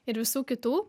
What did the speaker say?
ir visų kitų